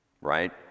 right